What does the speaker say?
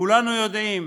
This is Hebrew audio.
כולנו יודעים